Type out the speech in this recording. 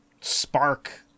spark